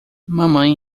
mamãe